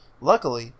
Luckily